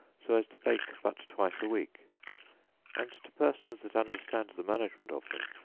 so as to bake but twice a week and to persons that understand the management of them,